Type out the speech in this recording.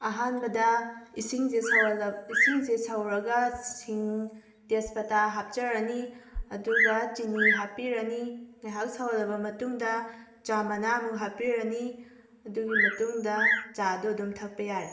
ꯑꯍꯥꯟꯕꯗ ꯏꯁꯤꯡꯁꯦ ꯁꯧꯍꯜꯂ ꯏꯁꯤꯡꯁꯦ ꯁꯧꯔꯒ ꯁꯤꯡ ꯇꯦꯖꯄꯇꯥ ꯍꯥꯞꯆꯔꯅꯤ ꯑꯗꯨꯒ ꯆꯤꯅꯤ ꯍꯥꯞꯄꯤꯔꯅꯤ ꯉꯥꯏꯍꯥꯛ ꯁꯧꯍꯜꯂꯕ ꯃꯇꯨꯡꯗ ꯆꯥ ꯃꯅꯥ ꯑꯃꯨꯛ ꯍꯥꯞꯄꯤꯔꯅꯤ ꯑꯗꯨꯒꯤ ꯃꯇꯨꯡꯗ ꯆꯥꯗꯨ ꯑꯗꯨꯝ ꯊꯛꯄ ꯌꯥꯔꯦ